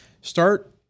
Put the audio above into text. start